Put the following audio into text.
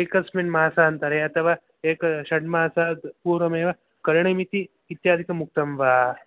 एकस्मिन् मासान्तरे अथवा एक षण्मासात् पूर्वमेव करणीयमिति इत्यादिकम् उक्तं वा